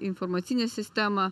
informacinę sistemą